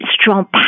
strong